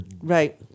Right